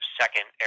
second